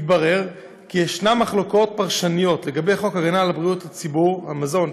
התברר כי יש מחלוקות פרשניות לגבי חוק הגנה על בריאות הציבור (מזון),